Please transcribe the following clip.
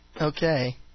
Okay